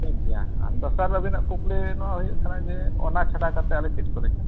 ᱴᱷᱤᱠ ᱜᱮᱭᱟ ᱟᱨ ᱫᱚᱥᱟᱨ ᱟᱵᱤᱱᱟᱜ ᱠᱩᱠᱞᱤ ᱱᱚᱣᱟ ᱦᱩᱭᱩᱜ ᱠᱟᱱᱟ ᱡᱮ ᱚᱱᱟ ᱪᱷᱟᱰᱟ ᱠᱟᱛᱮ ᱟᱞᱮ ᱪᱮᱫ ᱠᱚᱞᱮ ᱪᱟᱥᱟ